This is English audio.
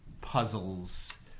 puzzles